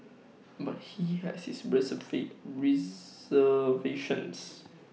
but he has his reservations